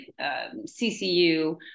CCU